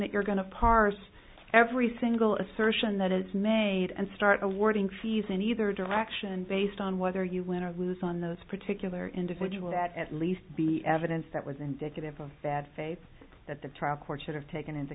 that you're going to parse every single assertion that it's made and start awarding fees in either direction based on whether you win or lose on those particular individual that at least be evidence that was indicative of bad faith that the trial court should have taken into